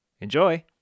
Enjoy